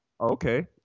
okay